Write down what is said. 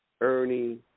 Ernie